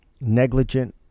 negligent